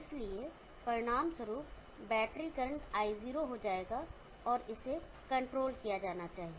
इसलिए परिणामस्वरूप battery current i0 हो जाएगा और इसे कंट्रोल किया जाना चाहिए